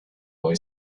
boy